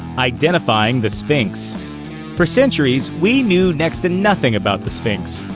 identifying the sphinx for centuries, we knew next-to-nothing about the sphinx.